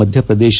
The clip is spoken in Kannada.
ಮಧ್ಯ ಪ್ರದೇಶ